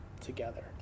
together